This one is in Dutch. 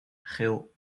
geel